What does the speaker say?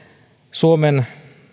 suomen